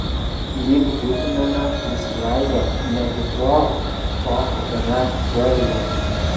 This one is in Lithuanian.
lyg būtumėme nusileidę ne hitrou o kokiame delyje